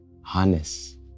harness